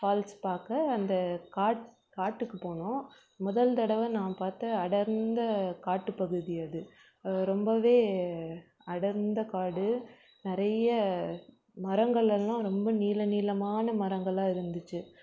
falls பார்க்க அந்த காட்டுக்கு போனோம் முதல் தடவை நான் பார்த்த அடர்ந்த காட்டுப்பகுதி அது ரொம்பவே அடர்ந்த காடு நிறைய மரங்கள் எல்லாம் ரொம்ப நீள நீளமான மரங்களாக இருந்துச்சு